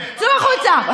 צאו החוצה.